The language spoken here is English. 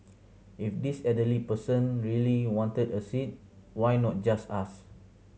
if this elderly person really wanted a seat why not just ask